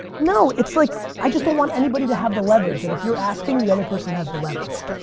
no it's like i just don't want anybody to have the leverage, and if you're asking the other person has the leverage.